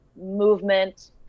movement